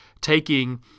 taking